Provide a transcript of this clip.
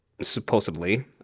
supposedly